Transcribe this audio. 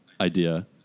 idea